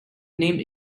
name